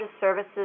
services